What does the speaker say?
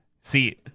See